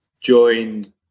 joined